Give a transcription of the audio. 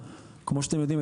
וכמו שאתם יודעים,